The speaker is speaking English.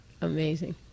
amazing